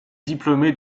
diplômée